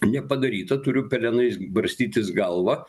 nepadarytą turiu pelenais barstytis galvą